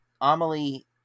Amelie